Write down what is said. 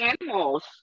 animals